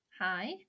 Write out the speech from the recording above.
Hi